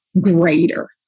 greater